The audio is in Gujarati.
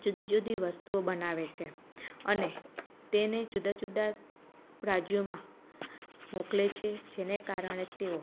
જુદી જુદી વસ્તુઓ બનાવે છે અને તેને જુદાં જુદાં રાજ્યોમાં મોકલે છે જેને કારણે તેઓ